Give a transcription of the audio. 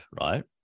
right